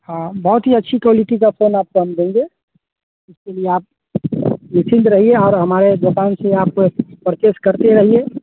हाँ बहुत ही अच्छी क्वालिटी का फ़ोन आपको हम देंगे इसके लिए आप निश्चिन्त रहिए और आप हमारे दुकान से आप परचेस करते रहिए